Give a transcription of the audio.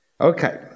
Okay